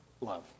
love